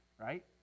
Right